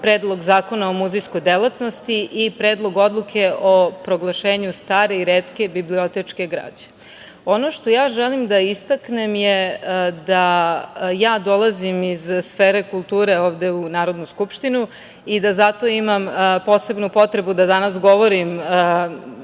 Predlog zakona o muzejskoj delatnosti i Predlog odluke o proglašenju stare i retke bibliotečke građe. Ono što ja želim da istaknem je da ja dolazim iz sfere kulture ovde u Narodnu skupštinu i da zato imam posebnu potrebu da danas govorim